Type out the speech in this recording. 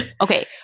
okay